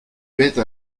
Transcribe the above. bête